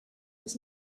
was